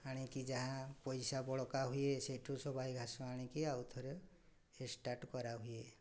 ଆଣିକି ଯାହା ପଇସା ବଳକା ହୁଏ ସେଇଠୁ ସବାଇ ଘାସ ଆଣିକି ଆଉ ଥରେ ଷ୍ଟାର୍ଟ କରାହୁଏ